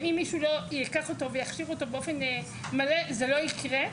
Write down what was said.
ואם מישהו לא ייקח אותו ויכשיר אותו באופן מלא זה לא יקרה,